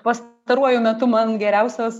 pastaruoju metu man geriausios